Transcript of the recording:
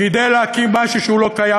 כדי להקים משהו שהוא לא קיים.